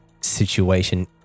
situation